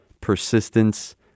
persistence